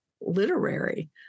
literary